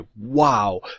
wow